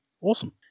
Awesome